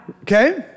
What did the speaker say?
Okay